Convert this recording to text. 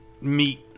meet